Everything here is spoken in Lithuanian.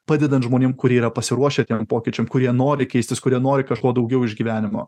padedant žmonėm kurie yra pasiruošę tiem pokyčiam kurie nori keistis kurie nori kažko daugiau iš gyvenimo